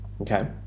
Okay